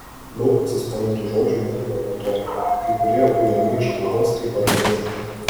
daug pasiskolintų žodžių jau nebevartojami kai kurie ujami iš kalbos kaip barbarizmai